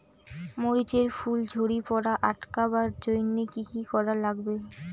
মরিচ এর ফুল ঝড়ি পড়া আটকাবার জইন্যে কি কি করা লাগবে?